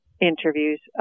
interviews